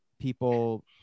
People